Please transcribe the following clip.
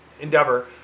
Endeavor